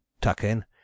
tuck-in